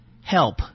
Help